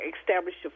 established